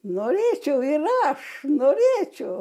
norėčiau ir aš norėčiau